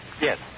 yes